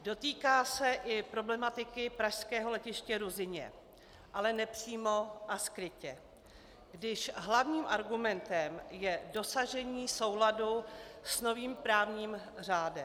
Dotýká se i problematiky pražského letiště Ruzyně, ale nepřímo a skrytě, když hlavním argumentem je dosažení souladu s novým právním řádem.